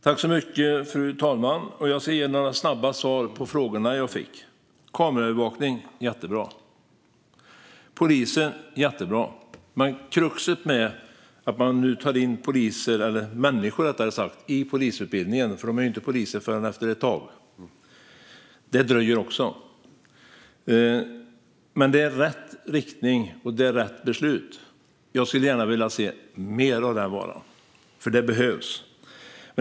Fru talman! Jag ska ge några snabba svar på frågorna jag fick. Kameraövervakning och poliser är jättebra. Kruxet med att ta in människor i polisutbildningen är att de inte blir poliser förrän efter ett tag. Men det är rätt inriktning och rätt beslut. Jag skulle bara vilja se mer av den varan, för det behövs.